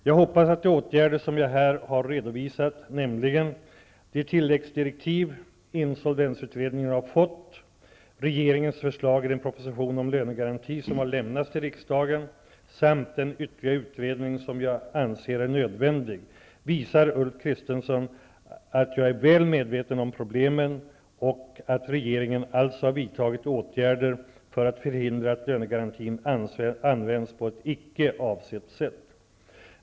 Jag hoppas att de åtgärder som jag här har redovisat, nämligen --de tilläggsdirektiv insolvensutredningen har fått, --regeringens förslag i den proposition om lönegaranti som har lämnats till riksdagen samt --den ytterligare utredning som jag anser är nödvändig, visar Ulf Kristersson att jag är väl medveten om problemet och att regeringen alltså har vidtagit åtgärder för att förhindra att lönegarantin används på ett icke avsett sätt.